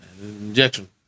Injection